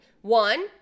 One